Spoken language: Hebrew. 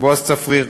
בועז צפריר.